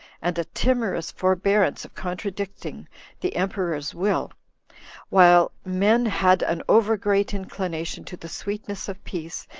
and a timorous forbearance of contradicting the emperor's will while men had an over-great inclination to the sweetness of peace,